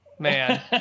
man